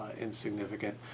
insignificant